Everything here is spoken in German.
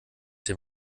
dem